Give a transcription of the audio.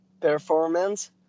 performance